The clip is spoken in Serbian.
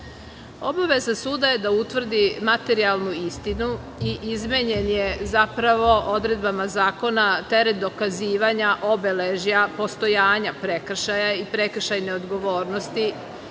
suda je da utvrdi materijalnu istinu i izmenjen je zapravo odredbama zakona teret dokazivanja obeležja postojanja prekršaja i prekršajne odgovornosti